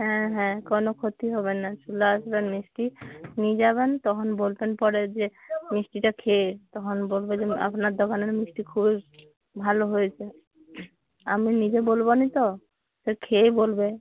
হ্যাঁ হ্যাঁ কোনও ক্ষতি হবে না চলে আসবেন মিষ্টি নিয়ে যাবেন তখন বলবেন পরে যে মিষ্টিটা খেয়ে তখন বলবে যে আপনার দোকানের মিষ্টি খুবই ভালো হয়েছে আমি নিজে বলবো নি তো সে খেয়ে বলবে